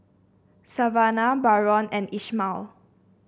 Savannah Barron and Ishmael